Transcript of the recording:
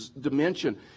dimension